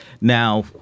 Now